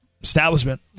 establishment